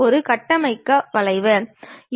மற்றொன்று ப்ரோபைல் தளம் ஆகும்